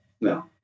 No